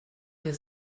hier